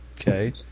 Okay